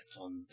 on